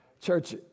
Church